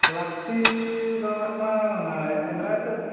ᱞᱟᱹᱠᱛᱤ ᱫᱚ ᱞᱟᱜᱟᱜ ᱠᱟᱱᱟ ᱮᱱᱫᱨᱟᱭ ᱥᱮᱡ